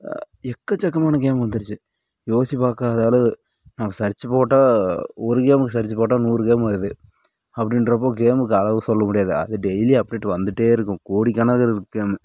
எக்கச்சக்கமான கேம் வந்துருச்சு யோசிச்சி பார்க்காத அளவு நான் செர்ச் போட்டால் ஒரு கேம்க்கு செர்ச் போட்டால் நூறு கேம் வருது அப்படின்றப்போ கேமுக்கு அளவு சொல்ல முடியாது அது டெய்லி அப்டேட் வந்துகிட்டே இருக்கும் கோடி கணக்கு இருக்குது கேம்